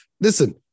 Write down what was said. Listen